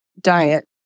diet